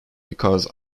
because